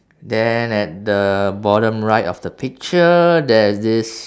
then at the bottom right of the picture there's this